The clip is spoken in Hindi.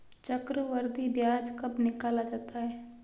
चक्रवर्धी ब्याज कब निकाला जाता है?